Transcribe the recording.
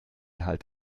hat